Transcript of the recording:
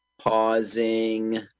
pausing